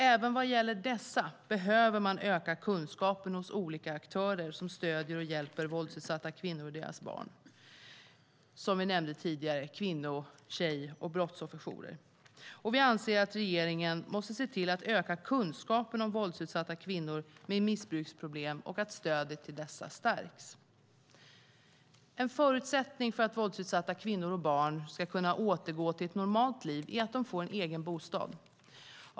Även vad gäller dessa behöver man öka kunskapen hos olika aktörer som stöder och hjälper våldsutsatta kvinnor och deras barn, som kvinno-, tjej och brottsofferjourer, som jag nämnde tidigare. Vi anser att regeringen måste se till att öka kunskapen om våldsutsatta kvinnor med missbruksproblem och se till att stödet till dessa stärks. En förutsättning för att våldsutsatta kvinnor och barn ska kunna återgå till ett normalt liv är att de får en egen bostad.